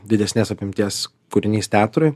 didesnės apimties kūrinys teatrui